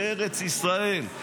בארץ ישראל,